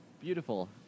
Beautiful